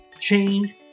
Change